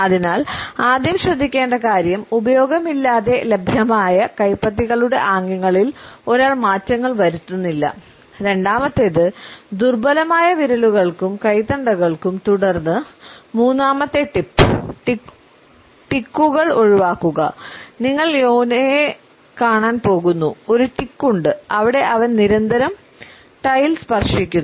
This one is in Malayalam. അതിനാൽ ആദ്യം ശ്രദ്ധിക്കേണ്ട കാര്യം ഉപയോഗമില്ലാതെ ലഭ്യമായ കൈപ്പത്തികളുടെ ആംഗ്യങ്ങളിൽ ഒരാൾ മാറ്റങ്ങൾ വരുത്തുന്നില്ല രണ്ടാമത്തേത് ദുർബലമായ വിരലുകൾക്കും കൈത്തണ്ടകൾക്കും തുടർന്ന് മൂന്നാമത്തെ ടിപ്പ് ടിക്കുകൾ ഒഴിവാക്കുക നിങ്ങൾ യോനയെ കാണാൻ പോകുന്നു ഒരു ടിക്ക് ഉണ്ട് അവിടെ അവൻ നിരന്തരം ടൈയിൽ സ്പർശിക്കുന്നു